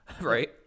right